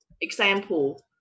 example